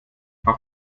auch